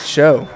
show